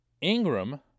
Ingram